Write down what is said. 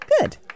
Good